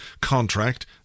contract